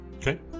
Okay